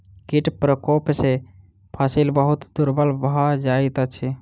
कीट प्रकोप सॅ फसिल बहुत दुर्बल भ जाइत अछि